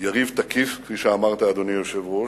יריב תקיף, כפי שאמרת, אדוני היושב-ראש,